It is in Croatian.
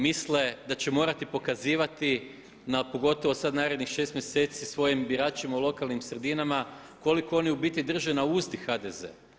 Misle da će morati pokazivati na pogotovo sad narednih 6 mjeseci svojim biračima u lokalnim sredinama koliko oni u biti drže na uzdi HDZ.